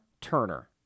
Turner